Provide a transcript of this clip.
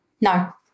no